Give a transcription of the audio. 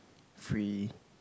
free